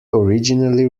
originally